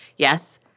Yes